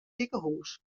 sikehús